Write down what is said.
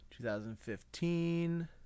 2015